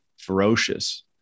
Ferocious